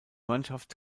mannschaft